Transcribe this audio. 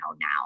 now